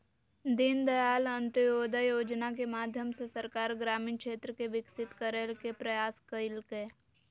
दीनदयाल अंत्योदय योजना के माध्यम से सरकार ग्रामीण क्षेत्र के विकसित करय के प्रयास कइलके